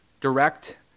direct